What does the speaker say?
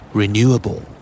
renewable